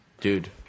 dude